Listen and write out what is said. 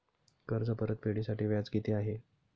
कर्ज परतफेडीसाठी व्याज किती आहे?